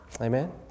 Amen